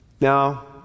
Now